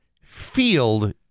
field